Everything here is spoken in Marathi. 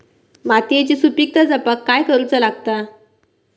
मातीयेची सुपीकता जपाक काय करूचा लागता?